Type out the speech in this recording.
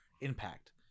impact